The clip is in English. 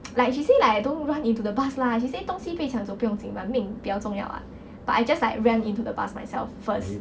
like she say like I don't run into the bus lah she say 东西被抢走不用紧 but 命比较重要 [what] but I just like ran into the bus myself first